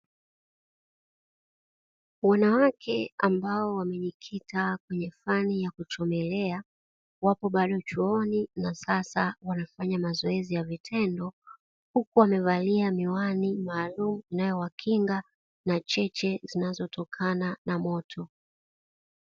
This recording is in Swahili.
Wanawake ambao wamejikita kwenye fani ya kuchomelea, wapo bado chuoni na sasa wanafanya mazoezi ya vitendo, huku wamevalia miwani maalumu inayowakinga na cheche zinazotokana na moto.